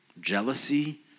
jealousy